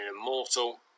immortal